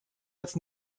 jetzt